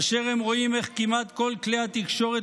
כאשר הם רואים איך כמעט כל כלי התקשורת